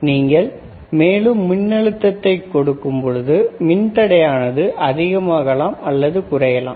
நீங்கள் மேலும் மின்னழுத்தத்தை கொடுக்கும்பொழுது மின்தடையானது அதிகமாகலாம் அல்லது குறையலாம்